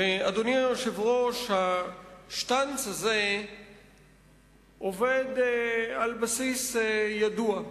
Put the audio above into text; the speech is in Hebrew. אדוני היושב-ראש, השטנץ הזה עובד על בסיס ידוע.